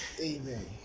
Amen